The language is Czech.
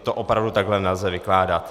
To opravdu takhle nelze vykládat.